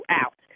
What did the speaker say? out